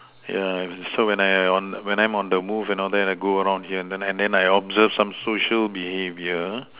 yeah so when I on when I'm on the move and all that I go around here and then I observe some social behaviour